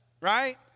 Right